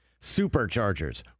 Superchargers